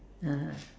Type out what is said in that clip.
(uh huh)